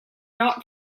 not